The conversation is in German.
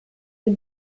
sie